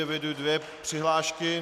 Eviduji dvě přihlášky.